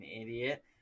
idiot